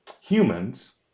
humans